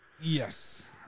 Yes